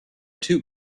two